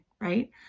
right